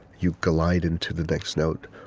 you glide into the next note?